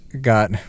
got